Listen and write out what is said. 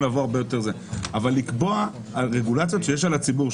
אבל לקבוע על רגולציות שמוטלות על הציבור,